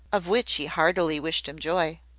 of which he heartily wished him joy.